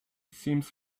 seems